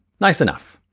nice enough.